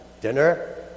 dinner